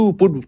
put